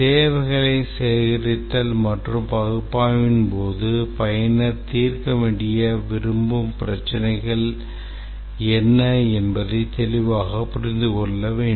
தேவைகள் சேகரித்தல் மற்றும் பகுப்பாய்வின் போது பயனர் தீர்க்க விரும்பும் பிரச்சினைகள் என்ன என்பதை தெளிவாக புரிந்து கொள்ள வேண்டும்